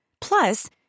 Plus